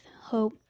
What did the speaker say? hope